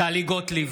טלי גוטליב,